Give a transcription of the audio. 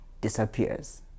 disappears